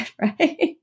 right